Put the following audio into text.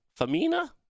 Famina